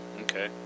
Okay